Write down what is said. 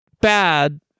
Bad